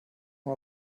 mal